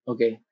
Okay